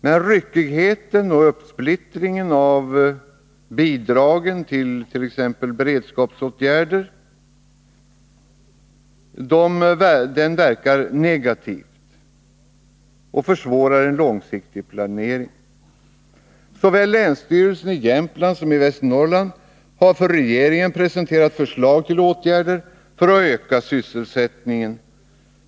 Men ryckigheten och uppsplittringen av bidragen till t.ex. beredskapsåtgärder verkar negativt och försvårar en långsiktig planering. Såväl länsstyrelsen i Jämtland som i Västernorrland har för regeringen presenterat förslag till åtgärder för att öka sysselsättningen.